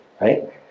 right